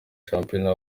shampiyona